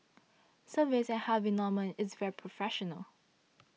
service at Harvey Norman is very professional